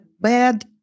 bad